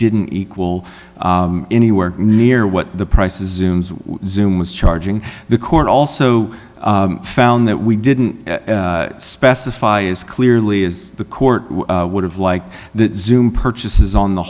didn't equal anywhere near what the prices zoom zoom was charging the court also found that we didn't specify as clearly is the court would have like the zoom purchases on the